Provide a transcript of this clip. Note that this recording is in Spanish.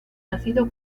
nacido